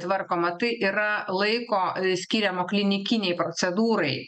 tvarkoma tai yra laiko skiriamo klinikinei procedūrai